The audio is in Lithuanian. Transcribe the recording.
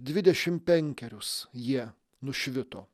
dvidešim penkerius jie nušvito